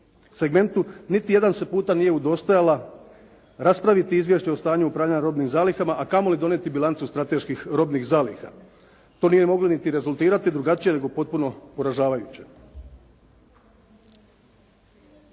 segmentu niti jedan se puta nije udostojala raspraviti izvješće o stanju i upravljanju robnim zalihama, a kamoli donijeti Bilancu strateških robnih zaliha. To nije moglo niti rezultirati drugačije nego potpuno poražavajuće.